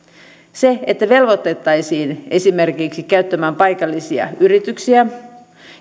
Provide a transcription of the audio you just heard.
että velvoitettaisiin esimerkiksi käyttämään paikallisia yrityksiä